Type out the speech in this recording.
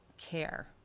care